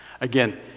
Again